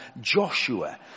Joshua